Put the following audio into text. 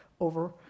over